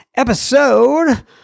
episode